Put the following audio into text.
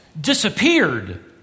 disappeared